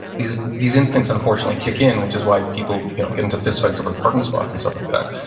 these these instincts unfortunately kick in, which is why people get into fist fights over parking spots and stuff like that.